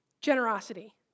generosity